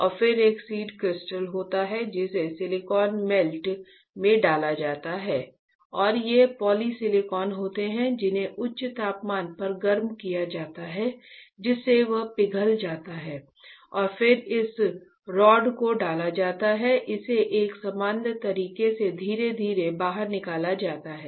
और फिर एक सीड क्रिस्टल होता है जिसे सिलिकॉन मेल्ट में डाला जाता है और ये पॉलीसिलिकॉन होते हैं जिन्हें उच्च तापमान पर गर्म किया जाता है जिससे वह पिघल जाता है और फिर इस रॉड को डाला जाता है और इसे एक समान तरीके से धीरे धीरे बाहर निकाला जाता है